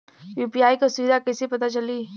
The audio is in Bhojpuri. यू.पी.आई क सुविधा कैसे पता चली?